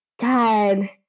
God